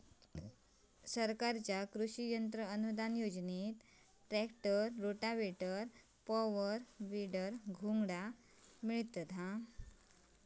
सरकारच्या कृषि यंत्र अनुदान योजनेत ट्रॅक्टर, रोटावेटर, पॉवर, वीडर, घोंगडा मिळता